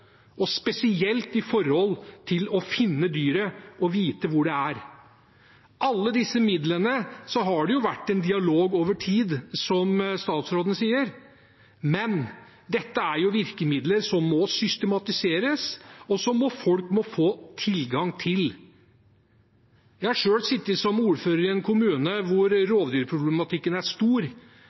spesielt når det gjelder å finne dyret og vite hvor det er. Om alle disse midlene har det vært en dialog over tid, som statsråden sier, men dette er virkemidler som må systematiseres, og som folk må få tilgang til. Jeg har selv sittet som ordfører i en kommune der rovdyrproblematikken er stor.